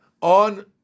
on